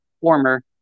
former